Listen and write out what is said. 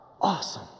awesome